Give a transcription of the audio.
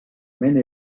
maine